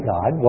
God